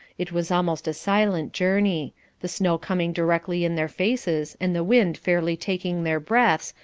it was almost a silent journey the snow coming directly in their faces, and the wind fairly taking their breaths,